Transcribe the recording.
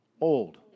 old